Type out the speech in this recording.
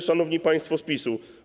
Szanowni Państwo z PiS-u!